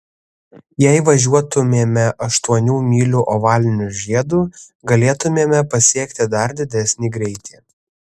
jei važiuotumėme aštuonių mylių ovaliniu žiedu galėtumėme pasiekti dar didesnį greitį